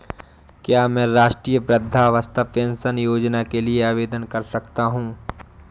क्या मैं राष्ट्रीय वृद्धावस्था पेंशन योजना के लिए आवेदन कर सकता हूँ?